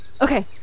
Okay